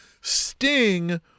Sting